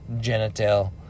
genital